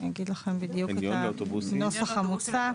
אני אגיד לכם בדיוק את הנוסח המוצע.